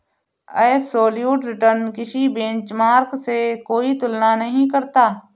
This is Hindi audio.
एबसोल्यूट रिटर्न किसी बेंचमार्क से कोई तुलना नहीं करता